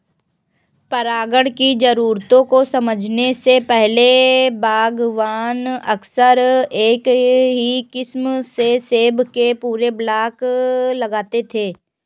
परागण की जरूरतों को समझने से पहले, बागवान अक्सर एक ही किस्म के सेब के पूरे ब्लॉक लगाते थे